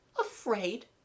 Afraid